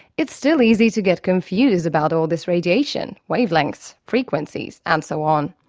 it's still easy to get confused about all this radiation, wavelengths, frequencies and so on.